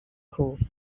course